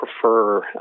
prefer